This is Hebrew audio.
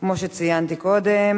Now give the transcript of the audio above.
כמו שציינתי קודם,